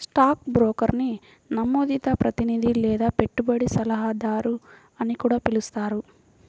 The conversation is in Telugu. స్టాక్ బ్రోకర్ని నమోదిత ప్రతినిధి లేదా పెట్టుబడి సలహాదారు అని కూడా పిలుస్తారు